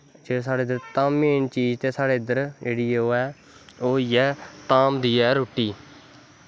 ते धामें गी चीज ते साढ़ै इद्धर जेह्ड़ी ऐ ओह् इ'यै धाम दी ऐ रुट्टी